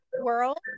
world